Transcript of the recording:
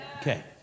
Okay